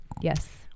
Yes